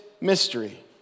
mystery